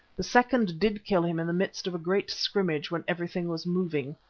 the second did kill him in the midst of a great scrimmage when everything was moving.